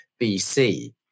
BC